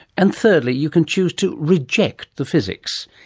and thirdly you can choose to reject the physics.